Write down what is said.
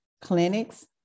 clinics